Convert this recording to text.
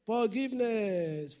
Forgiveness